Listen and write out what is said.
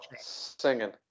singing